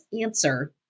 answer